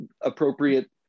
appropriate